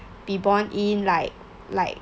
be born in like like